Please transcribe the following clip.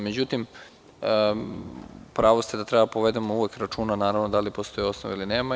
Međutim, u pravu ste da treba da povedemo uvek računa da li postoji osnov ili nema.